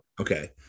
Okay